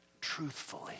truthfully